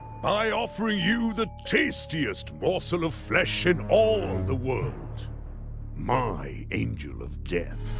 by offering you the tastiest morsel of flesh in all the world my angel of death.